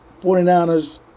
49ers